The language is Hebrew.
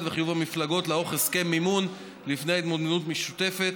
וחיוב המפלגות לערוך הסכם מימון לפני התמודדות משותפת,